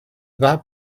that